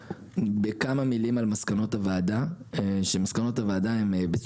בכמה מילים על מסקנות הוועדה: מסקנות הוועדה הן פשרות,